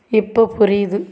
இப்போது புரியுது